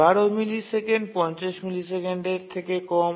১২ millisecond ৫০ মিলিসেকেন্ডের থেকে কম